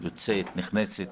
יוצאת, נכנסת.